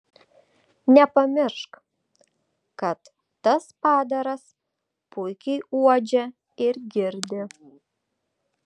nepamiršk kad tas padaras puikiai uodžia ir girdi